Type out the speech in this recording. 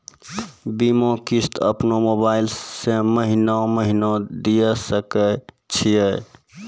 बीमा किस्त अपनो मोबाइल से महीने महीने दिए सकय छियै?